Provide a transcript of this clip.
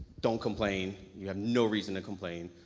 don't complain, you have no reason to complain,